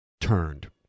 turned